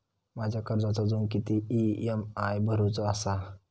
माझ्या कर्जाचो अजून किती ई.एम.आय भरूचो असा?